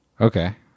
Okay